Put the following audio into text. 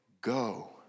go